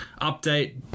update